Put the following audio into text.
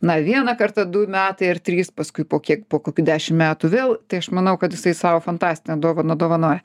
na vieną kartą du metai ar trys paskui po kiek po kokių dešim metų vėl tai aš manau kad jisai sau fantastinę dovaną dovanoja